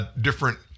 different